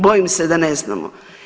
Bojim se da ne znamo.